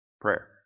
Prayer